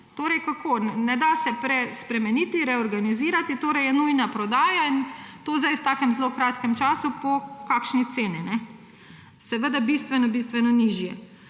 Torej kako? Ne da se spremeniti, reorganizirati, torej je nujna prodaja, in to v zelo kratkem času. Po kakšni ceni? Seveda bistveno bistveno nižji.